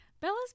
Bella's